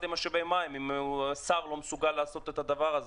למשאבי מים אם השר לא מסוגל לעשות את הדבר הזה?